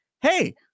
hey